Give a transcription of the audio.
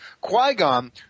Qui-Gon